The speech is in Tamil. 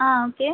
ஆ ஓகே